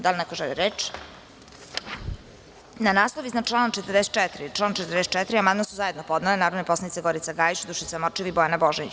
Da li neko želi reč? (Ne) Na naslov iznad člana 44. i član 44. amandman su zajedno podnele narodne poslanice Gorica Gajić, Dušica Morčev i Bojana Božanić.